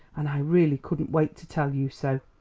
and i really couldn't wait to tell you so.